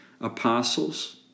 apostles